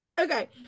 okay